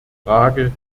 frage